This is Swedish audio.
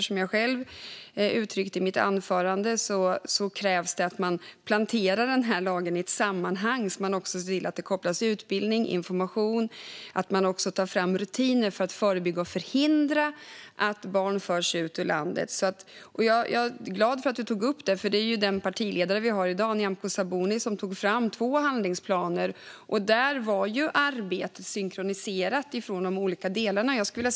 Som jag uttryckte i mitt anförande krävs det därför att man planterar lagen i ett sammanhang och ser till att det kopplas till utbildning och information och att det tas fram rutiner för att förebygga och förhindra att barn förs ut ur landet. Jag är glad att du tog upp alliansregeringens arbete, Désirée Pethrus. Det var nämligen vår nuvarande partiledare, Nyamko Sabuni, som tog fram två handlingsplaner. Arbetet i de olika delarna var synkroniserat.